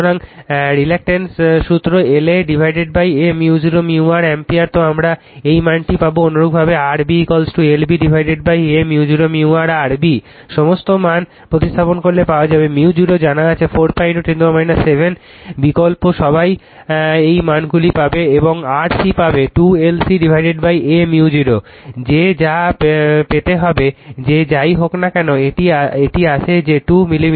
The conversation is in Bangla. সুতরাং রিল্যাকটেন্স সূত্র L AAµ0µr আম্পিয়ার তো আমরা এই মানটি পাবো অনুরূপভাবে R B L B Aµ0µR B সমস্ত মান প্রতিস্থাপন করলে পাওয়া যাবে µ0 জানা আছে 4 10 7 বিকল্প সবাই এই মানগুলি পাবে এবং R C পাবে 2 L C aµ0 যে যা পেতে হবে যে যাই হোক না কেন এটি আসে যে 2 মিলিমিটার